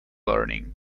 learning